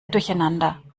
durcheinander